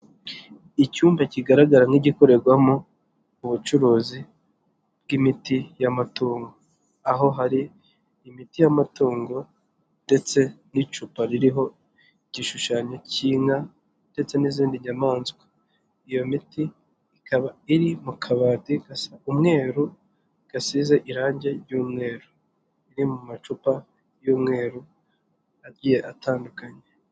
Icyumba kigaragara nk'igikorerwamo ubucuruzi bw'imiti y'amatungo, aho hari imiti y'amatungo ndetse n'icupa ririho igishushanyo cy'inka ndetse n'izindi nyamaswa, iyo miti ikaba iri mu kabati gasa umweru gasize irangi ry'umweru, iri mu macupa y'umweru agiye atandukanye.